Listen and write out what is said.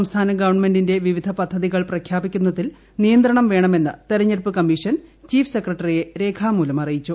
സംസ്ഥാന ഗവൺമെന്റിന്റെ വിവിധ പദ്ധതികൾ പ്രഖ്യാപിക്കുന്നതിൽ നിയന്ത്രണം വേണമെന്ന് തെരഞ്ഞെടുപ്പ് കമ്മീഷൻ ചീഫ് സെക്രട്ടറിയെ രേഖാമൂലം അറിയിച്ചു